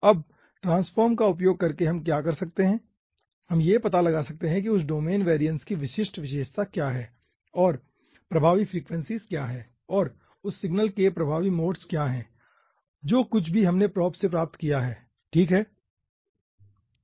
अब ट्रांसफॉर्म का उपयोग करके हम क्या कर सकते हैं हम यह पता लगाते हैं कि उस समय डोमेन वैरिएशंस की विशिष्ट विशेषता क्या है और प्रभावी फ्रीक्वेंसीज़ क्या हैं और उस सिग्नल के प्रभावी मोड्स क्या हैं जो कुछ भी हमने प्रोब से प्राप्त किया है ठीक है